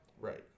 Right